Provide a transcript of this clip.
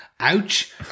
ouch